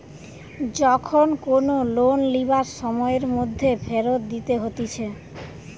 যখন কোনো লোন লিবার সময়ের মধ্যে ফেরত দিতে হতিছে